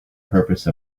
purpose